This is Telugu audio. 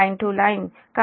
కాబట్టి11 3 KV అంటే 5